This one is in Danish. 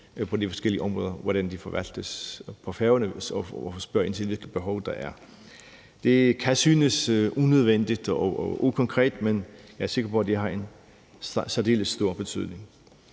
på de forskellige områder, hvordan de forskellige ting forvaltes på Færøerne, og spørge ind til, hvilke behov der er. Det kan synes unødvendigt og ukonkret, men jeg er sikker på, at det har en særdeles stor betydning.